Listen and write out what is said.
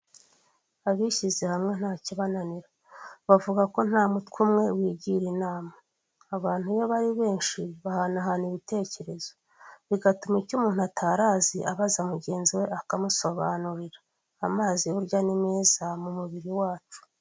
Abishyize hamwe nta kibananira bavuga ko nta mutwe umwe wigira inama abantu iyo bari benshi bahanahana ibitekerezo bigatuma icyo umuntu atari azi abaza mugenzi we akamusobanurira amazi burya ni meza mu mubiri wacu.